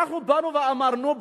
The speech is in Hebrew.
כשאנחנו באנו ואמרנו,